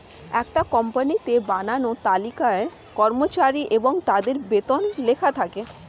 একটা কোম্পানিতে বানানো তালিকায় কর্মচারী এবং তাদের বেতন লেখা থাকে